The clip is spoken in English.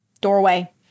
doorway